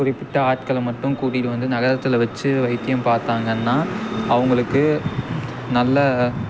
குறிப்பிட்ட ஆட்களை மட்டும் கூட்டிட்டு வந்து நகரத்தில் வச்சி வைத்தியம் பார்த்தாங்கன்னா அவங்களுக்கு நல்ல